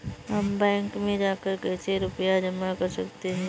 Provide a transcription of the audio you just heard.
हम बैंक में जाकर कैसे रुपया जमा कर सकते हैं?